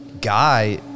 Guy